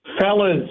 Fellas